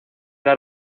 dar